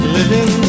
Living